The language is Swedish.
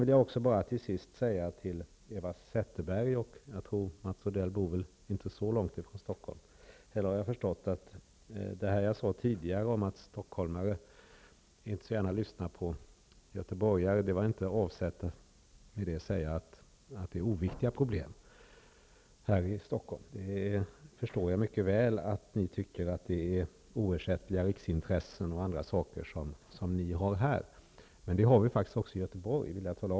Till sist vill jag säga till Eva Zetterberg och Mats Odell, som väl inte bor så långt från Stockholm, att med det jag sade tidigare om att stockholmare inte så gärna lyssnar på göteborgare menar jag inte att problemen här i Stockholm är oviktiga. Jag förstår mycket väl att ni tycker att ni har oersättliga riksintressen och andra saker här. Men jag vill tala om för er att det har vi faktiskt också i Göteborg.